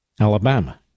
Alabama